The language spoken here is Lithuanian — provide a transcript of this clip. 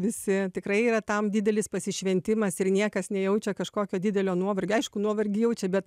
visi tikrai yra tam didelis pasišventimas ir niekas nejaučia kažkokio didelio nuovargio aišku nuovargį jaučia bet